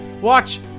Watch